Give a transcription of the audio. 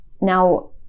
Now